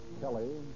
Kelly